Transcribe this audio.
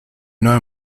know